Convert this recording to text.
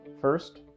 First